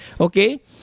okay